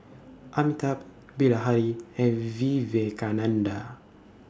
Amitabh Bilahari and Vivekananda